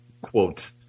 quote